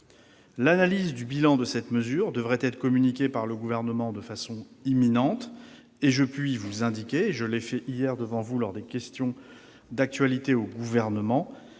L'analyse du bilan de cette mesure devrait être communiquée par le Gouvernement de façon imminente. Je puis vous indiquer, ainsi que je l'ai fait hier à l'occasion des questions d'actualité au Gouvernement,